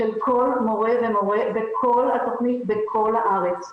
של כל מורהו מורה בכל התכנית בכל הארץ.